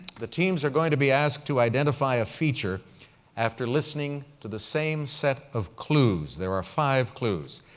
the teams are going to be asked to identify a feature after listening to the same set of clues, there are five clues.